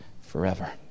forever